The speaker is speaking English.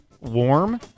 warm